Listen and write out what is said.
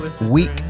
week